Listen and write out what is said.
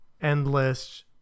endless